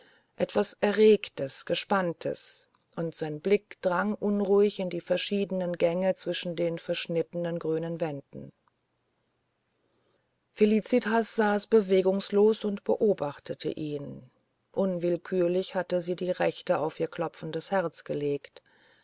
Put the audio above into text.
etwas erregtes gespanntes und sein blick drang unruhig in die verschiedenen gänge zwischen den verschnittenen grünen wänden felicitas saß bewegungslos und beobachtete ihn unwillkürlich hatte sie die rechte auf ihr klopfendes herz gelegt